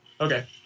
Okay